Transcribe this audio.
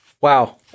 Wow